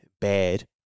bad